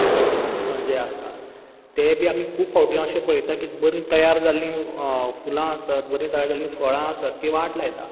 किटक जे आसता तेंय बी आमी खूब फावटीं आमी बरीं तयार जाल्लीं फुलां आसत बरीं तयार जाल्लीं फळां आसत बरीं जाल्लीं फळां आसत तीं वाट लायतात